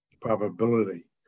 probability